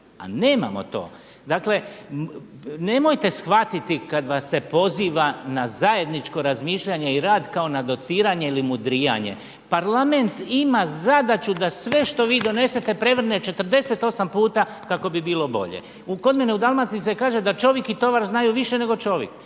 A nemamo to. Dakle, nemojte shvatiti kad vas se poziva na zajedničko razmišljanje i rad kao na dociranje ili mudrijanje. Parlament ima zadaću da sve što vi donesete prevrne 48 puta kako bi bilo bolje. Kod mene u Dalmaciji se kaže, da čovik i tovar znaju više nego čovik.